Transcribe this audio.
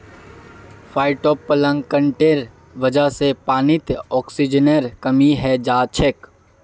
फाइटोप्लांकटनेर वजह से पानीत ऑक्सीजनेर कमी हैं जाछेक